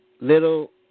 little